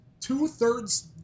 two-thirds